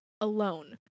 alone